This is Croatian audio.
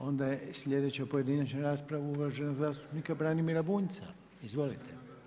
Onda je sljedeća pojedinačna rasprava uvaženog zastupnika Branimira Bunjca, izvolite.